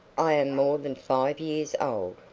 i am more than five years old.